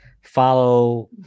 follow